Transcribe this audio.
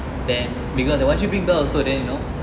then because they why don't you bring belle also then you know